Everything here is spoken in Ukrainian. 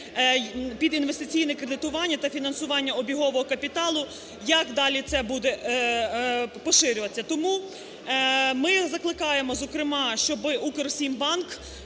під інвестиційне кредитування та фінансування обігового капіталу? Як далі це буде поширюватися? Тому ми закликаємо, зокрема, щоби "Укрексімбанк"